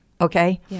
okay